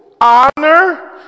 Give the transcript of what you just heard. honor